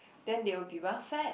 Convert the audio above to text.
then they will be well fed